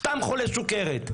סתם חולה סוכרת.